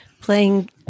playing